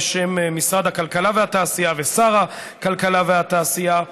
בשם משרד הכלכלה והתעשייה ושר הכלכלה והתעשייה,